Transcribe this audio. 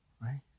right